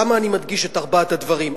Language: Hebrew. למה אני מדגיש את ארבעת הדברים,